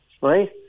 right